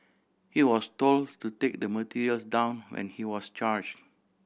he was told to take the materials down when he was charged